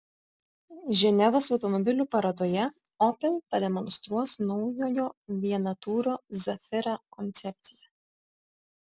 ženevos automobilių parodoje opel pademonstruos naujojo vienatūrio zafira koncepciją